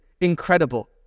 incredible